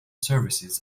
services